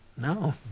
no